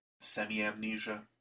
semi-amnesia